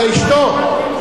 זו אשתו.